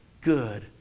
good